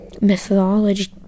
mythology